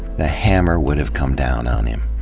the hammer would have come down on him.